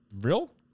real